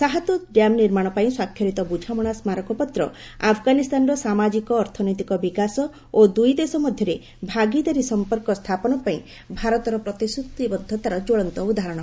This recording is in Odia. ଶାହତୁତ୍ ଡ୍ୟାମ୍ ନିର୍ମାଣ ପାଇଁ ସ୍ୱାକ୍ଷରିତ ବୁଝାମଣା ସ୍କାରକପତ୍ର' ଆଫ୍ଗାନିସ୍ତାନର ସାମାଜିକ ଅର୍ଥନୈତିକ ବିକାଶ ଓ ଦୁଇ ଦେଶ ମଧ୍ୟରେ ଭାଗିଦାରୀ ସମ୍ପର୍କ ସ୍ଥାପନ ପାଇଁ ଭାରତର ପ୍ରତିଶ୍ରତିବଦ୍ଧତାର ଜ୍ୱଳନ୍ତ ଉଦାହରଣ